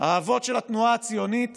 האבות של התנועה הציונית